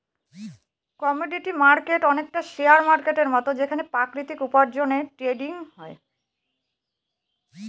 commodity market অনেকটা share মার্কেটের মতন যেখানে প্রাকৃতিক উপার্জনের ট্রেডিং হয়